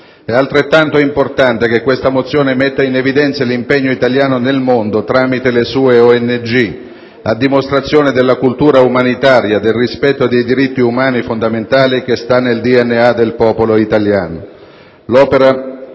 È altrettanto importante che metta in evidenza l'impegno dell'Italia nel mondo tramite le sue ONG, a dimostrazione della cultura umanitaria e del rispetto dei diritti umani fondamentali che sta nel DNA del popolo italiano.